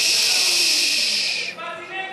הצבעתי נגד.